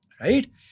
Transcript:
Right